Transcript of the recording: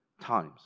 times